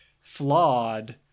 flawed